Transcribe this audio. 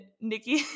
Nikki